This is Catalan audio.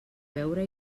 veure